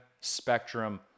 spectrum